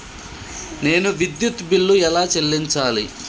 నేను విద్యుత్ బిల్లు ఎలా చెల్లించాలి?